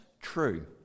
true